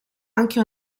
anche